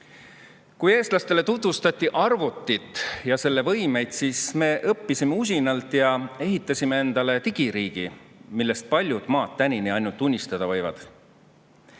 eestlastele tutvustati arvutit ja selle võimeid, siis me õppisime usinalt ja ehitasime endale digiriigi, millest paljud maad tänini ainult unistada võivad.